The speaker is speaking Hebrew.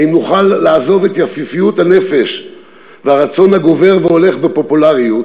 האם נוכל לעזוב את יפייפות הנפש והרצון הגובר והולך בפופולריות